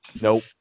Nope